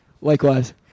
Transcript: Likewise